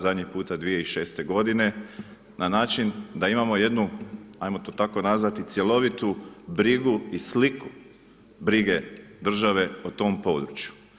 Zadnji puta 2006. godine na način da imamo jednu hajmo to tako nazvati cjelovitu brigu i sliku brige države na tom području.